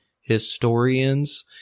historians